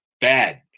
Bad